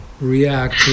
react